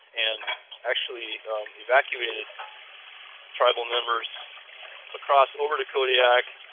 and actually evacuated tribal members across over to kodiak,